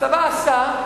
הצבא עשה,